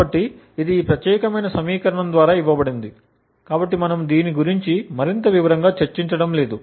కాబట్టి ఇది ఈ ప్రత్యేకమైన సమీకరణం ద్వారా ఇవ్వబడింది కాబట్టి మనము దీని గురించి మరింత వివరంగా చర్చించటం లేదు